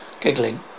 giggling